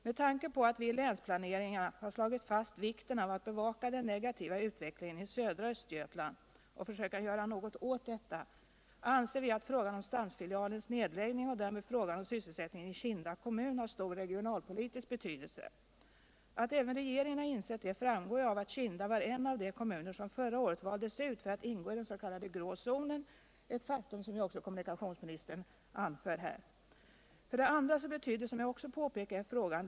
Med tanke på att vii länsplaneringarna har slagit fast vikten av utt bevaka den negativa utvecklingen i södra Östergötland och försöka göra något åt denna anser vi att frågan om stansfilialens nedläggning och därmed frågan om sysselsättningen i Kinda kommun har stor regionalpolitisk betydelse. At även regeringen har insett det framgår av att Kinda varen av de kommuner som förra året valdes ut för att ingå i den s.k. grå zonen — ett faktum som ju även kommunikationsministern anför här. För det andra betydde, såsom jag också påpekar i frågan.